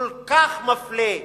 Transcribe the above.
כל כך מפלה,